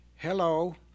Hello